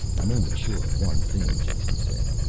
i'm only sure of one thing, jason said.